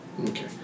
Okay